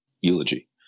eulogy